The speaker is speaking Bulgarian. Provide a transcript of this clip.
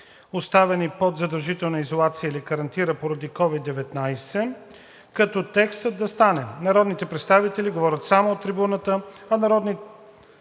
поставени под задължителна изолация или карантина поради COVID-19.“, като текстът да стане: „Народните представители говорят само от трибуната, а народните